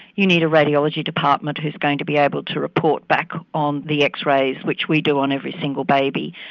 you need a radiology department who's going to be able to report back on the x-rays which we do on every single baby.